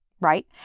Right